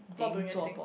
not doing anything